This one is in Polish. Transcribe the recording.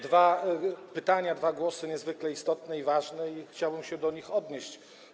Dwa pytania, dwa głosy niezwykle istotne, ważne, chciałbym więc do nich się odnieść.